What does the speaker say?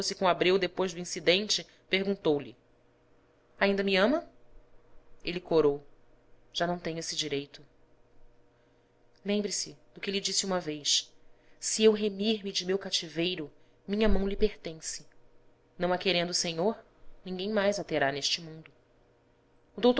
com abreu depois do incidente perguntou-lhe ainda me ama ele corou já não tenho esse direito lembre-se do que lhe disse uma vez se eu remir me de meu cativeiro minha mão lhe pertence não a querendo o senhor ninguém mais a terá neste mundo